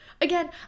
Again